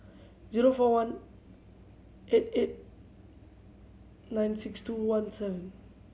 zero four one eight eight nine six two one seven